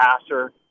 passer